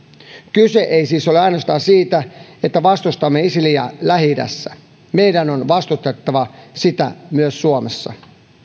kyse ei siis ole ainoastaan siitä että vastustamme isiliä lähi idässä meidän on vastustettava sitä myös suomessa